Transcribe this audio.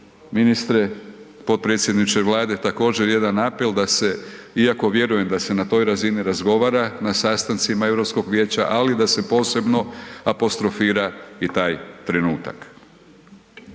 ministre, potpredsjedniče Vlade, također jedan apel da se, iako vjerujem da se na toj razini razgovora na sastancima Europskog vijeća, ali da se posebno apostrofira i taj trenutak.